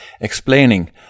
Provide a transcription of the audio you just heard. explaining